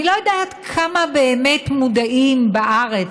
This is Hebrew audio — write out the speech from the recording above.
אני לא יודעת כמה באמת מודעים בארץ,